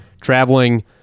traveling